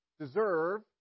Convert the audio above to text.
deserve